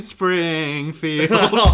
Springfield